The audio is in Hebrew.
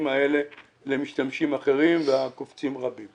האלה למשתמשים אחרים ויש קופצים רבים.